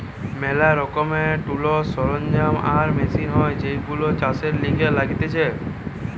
ম্যালা রকমের টুলস, সরঞ্জাম আর মেশিন হয় যেইগুলো চাষের লিগে লাগতিছে